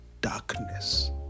Darkness